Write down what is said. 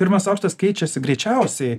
pirmas aukštas keičiasi greičiausiai